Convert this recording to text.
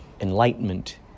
enlightenment